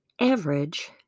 Average